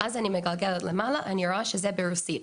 אני צריכה לגלגל למעלה ורואה שהאתר ברוסית,